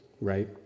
right